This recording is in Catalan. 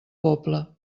poble